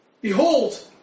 Behold